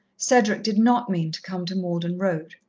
cedric did not mean to come to malden road.